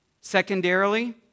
Secondarily